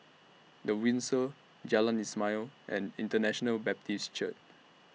The Windsor Jalan Ismail and International Baptist Church